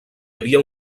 havia